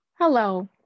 Hello